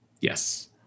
Yes